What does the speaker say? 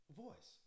voice